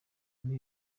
muri